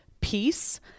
peace